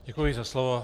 Děkuji za slovo.